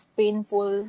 painful